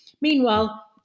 Meanwhile